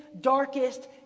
darkest